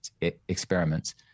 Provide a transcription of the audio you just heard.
experiments